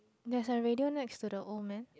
there's a radio next to the old man